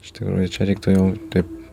iš tikrųjų čia reiktų jau taip